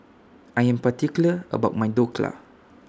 I Am particular about My Dhokla